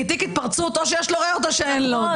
כי תיק התפרצות או שיש לו --- או שאין לו,